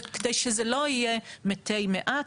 כדי שזה לא יהיה מטי מעט,